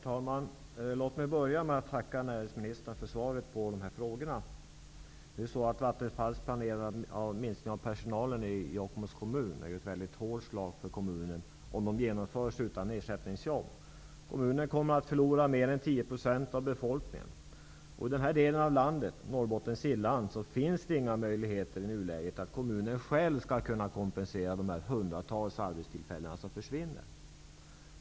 Herr talman! Låt mig börja med att tacka näringsministern för svaret på dessa frågor. Jokkmokks kommun är, om den genomförs utan ersättningsjobb, ett mycket hårt slag för kommunen. Kommunen kommer att förlora mer än 10 % av befolkningen. I den här delen av landet, Norrbottens inland, finns i nuläget inga möjligheter att kommunen själv skall kunna kompensera de hundratals arbetstillfällen som försvinner.